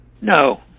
no